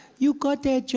you got